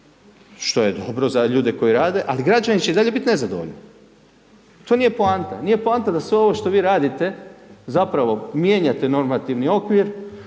što je dobro za ljude koji rade, ali gađani će i dalje bit nezadovoljni, to nije poanta. Nije poanta da se ovo što vi radite, zapravo mijenjate normativni okvir,